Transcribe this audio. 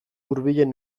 hurbilen